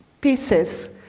pieces